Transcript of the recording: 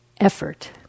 effort